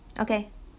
okay